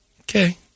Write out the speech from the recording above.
Okay